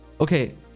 Okay